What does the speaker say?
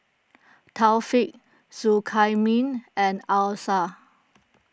Taufik Zulkamin and Alyssa